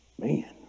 Man